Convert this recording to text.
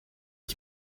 qui